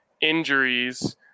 injuries